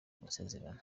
masezerano